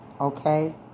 Okay